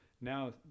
Now